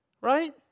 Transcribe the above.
right